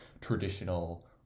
traditional